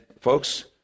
folks